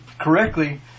correctly